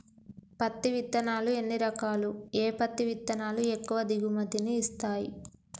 పత్తి విత్తనాలు ఎన్ని రకాలు, ఏ పత్తి విత్తనాలు ఎక్కువ దిగుమతి ని ఇస్తాయి?